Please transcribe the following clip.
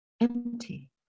Empty